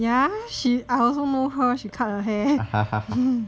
yeah I also know her she cut her hair